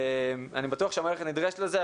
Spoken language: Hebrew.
אני בטוח שהמערכת נדרשת לזה,